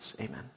Amen